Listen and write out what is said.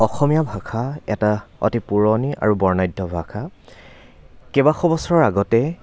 অসমীয়া ভাষা এটা অতি পুৰণি আৰু বৰ্ণাঢ্য ভাষা কেইবাশ বছৰ আগতে